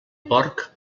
porc